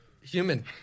Human